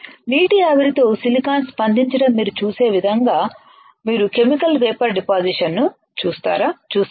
నీటి ఆవిరితో సిలికాన్ స్పందించడం మీరు చూసిన విధంగా మీరు కెమికల్ వేపర్ డిపాసిషన్ను చూశారా